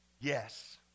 Yes